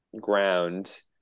ground